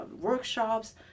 workshops